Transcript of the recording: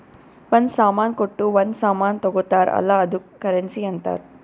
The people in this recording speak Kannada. ಒಂದ್ ಸಾಮಾನ್ ಕೊಟ್ಟು ಒಂದ್ ಸಾಮಾನ್ ತಗೊತ್ತಾರ್ ಅಲ್ಲ ಅದ್ದುಕ್ ಕರೆನ್ಸಿ ಅಂತಾರ್